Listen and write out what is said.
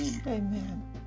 Amen